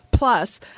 plus